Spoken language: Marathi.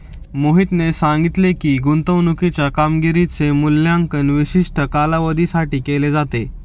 मोहितने सांगितले की, गुंतवणूकीच्या कामगिरीचे मूल्यांकन विशिष्ट कालावधीसाठी केले जाते